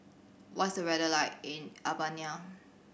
what's weather like in Albania